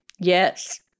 Yes